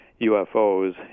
UFOs